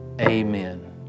amen